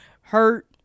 hurt